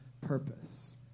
purpose